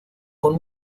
con